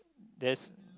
there's